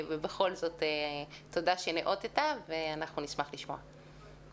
תודה שניאות, ואנחנו נשמח לשמוע.